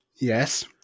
Yes